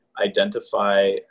identify